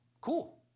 cool